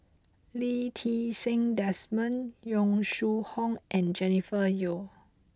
Lee Ti Seng Desmond Yong Shu Hoong and Jennifer Yeo